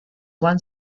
one